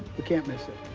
can't miss it.